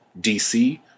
DC